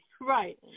Right